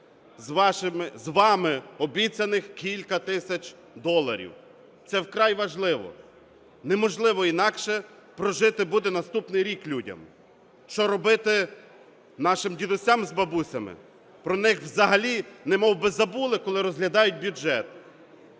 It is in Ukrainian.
з вами обіцяних кілька тисяч доларів. Це вкрай важливо. Неможливо інакше прожити буде наступний рік людям. Що робити нашим дідусям з бабусями, про них взагалі немовби забули, коли розглядають бюджет.